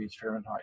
Fahrenheit